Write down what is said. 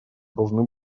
должны